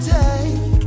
take